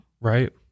Right